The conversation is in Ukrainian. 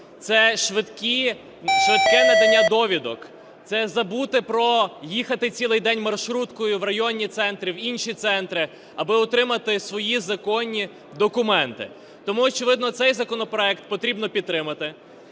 це швидке надання довідок, це забути про їхати цілий день маршруткою в районні центри, в інші центри, аби отримати свої законні документи. Тому, очевидно, цей законопроект потрібно підтримати.